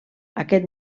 aquest